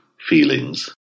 feelings